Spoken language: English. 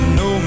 no